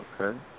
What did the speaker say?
Okay